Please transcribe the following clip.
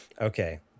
Okay